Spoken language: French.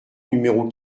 numéro